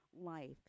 Life